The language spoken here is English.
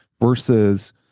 versus